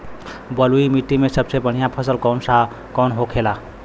बलुई मिट्टी में सबसे बढ़ियां फसल कौन कौन होखेला?